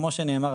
כמו שנאמר,